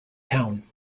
town